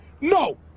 No